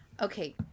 okay